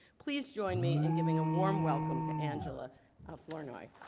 please join me in giving a warm welcome to angela flournoy.